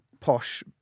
posh